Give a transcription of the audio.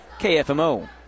KFMO